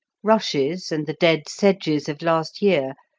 rushes, and the dead sedges of last year,